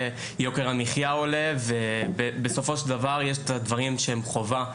יוקר המחייה עולה ובסופו של דבר יש את הדברים שהם חובה,